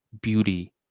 beauty